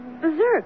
Berserk